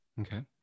Okay